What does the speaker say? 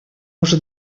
уже